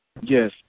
Yes